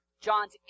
John's